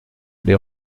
les